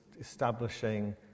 establishing